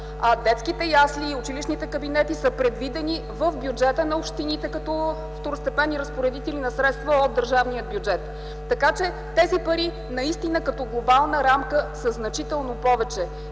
детските ясли и училищните кабинети са предвидени в бюджета на общините като второстепенни разпоредители на средства от държавния бюджет. Така че тези пари наистина като глобална рамка са значително повече